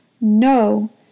no